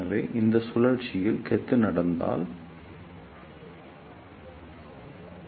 எனவே இந்த சுழற்சியில் கொத்து நடந்தால் அது 34 பயன்முறை என அழைக்கப்படுகிறது